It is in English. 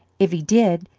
if he did,